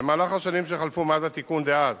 במהלך השנים שחלפו מאז התיקון דאז